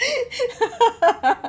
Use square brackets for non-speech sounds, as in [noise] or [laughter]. [laughs]